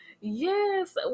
Yes